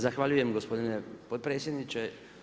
Zahvaljujem gospodine potpredsjedniče.